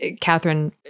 Catherine